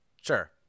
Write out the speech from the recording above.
Sure